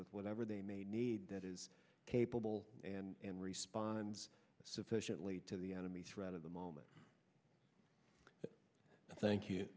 with whatever they may need that is capable and responds sufficiently to the enemy threat of the moment but thank you